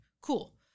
Cool